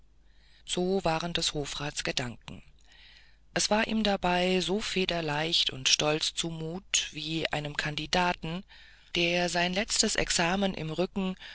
so waren des hofrats gedanken es war ihm dabei so federleicht und stolz zu mut wie einem kandidaten der sein letztes examen im rücken